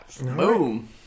Boom